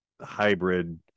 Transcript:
hybrid